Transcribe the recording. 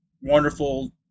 wonderful